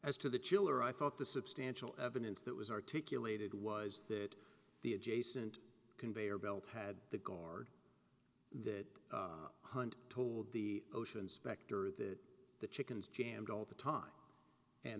as to the chiller i thought the substantial evidence that was articulated was that the adjacent conveyor belt had the guard that hunt told the ocean specter that the chickens jammed all the time and